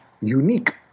unique